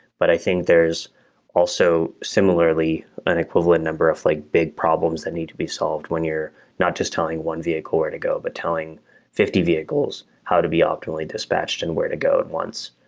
but i think there's also similarly an equivalent number of like big problems that need to be solved when you're not just telling one vehicle where to go, but telling fifty vehicles how to be optimally dispatched and where to go at once,